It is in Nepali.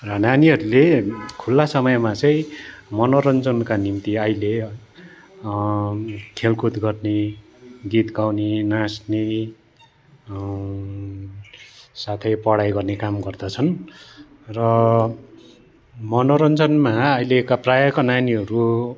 र नानीहरूले खुल्ला समयमा चाहिँ मनोरञ्जनका निम्ति अहिले खेलकुद गर्ने गीत गाउने नाच्ने साथै पढाइ गर्ने काम गर्दछन् र मनोरञ्जनमा अहिलेका प्रायःको नानीहरू